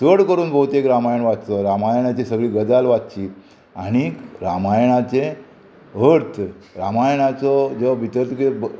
चड करून भोवतेक रामायण वाच्चो रामायणाची सगळी गजाल वाच्ची आणीक रामायणाचें अर्थ रामायणाचो जो भितर तुगे